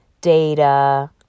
data